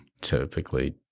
typically